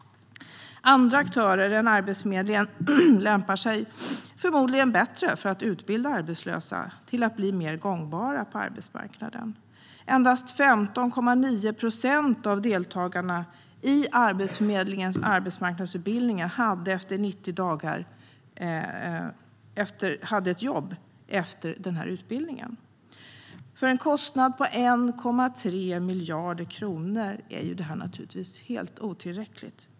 Andra aktörer än Arbetsförmedlingen lämpar sig förmodligen bättre för att utbilda arbetslösa till att bli mer gångbara på arbetsmarknaden. Endast 15,9 procent av deltagarna i Arbetsförmedlingens arbetsmarknadsutbildningar hade ett jobb 90 dagar efter utbildningen. För en kostnad på 1,3 miljarder kronor är detta naturligtvis helt otillräckligt.